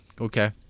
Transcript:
okay